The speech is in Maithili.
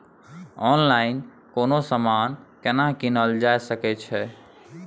ऑनलाइन कोनो समान केना कीनल जा सकै छै?